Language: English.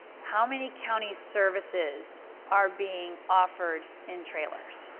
how many county services are being offered in trailers?